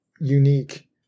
unique